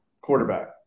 Quarterback